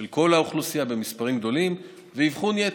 של כל האוכלוסייה במספרים גדולים ואבחון יתר.